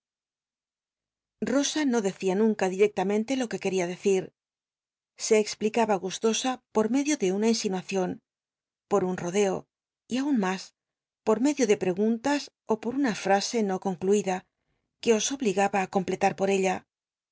no decia nunca directamente lo que quel'ia decir se explica h gustosa por medio de una insinuacion por un rodeo y aun mas por medio de preguntas ó por una frase no concluida que os obligaba á completar por ella